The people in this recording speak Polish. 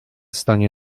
stanie